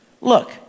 Look